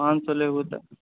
पाँच सए लेबू तऽ